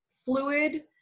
fluid